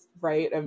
right